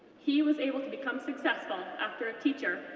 he was able to become successful after a teacher,